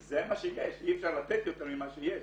זה מה שיש, אי אפשר לתת יותר ממה שיש.